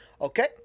okay